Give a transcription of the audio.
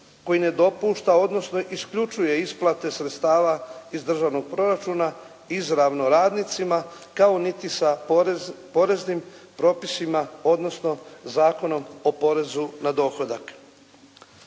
koji ne dopušta, odnosno isključuje isplate sredstava iz državnog proračuna izravno radnicima, kao niti sa poreznim propisima odnosno Zakonom o porezu na dohodak.